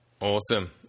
awesome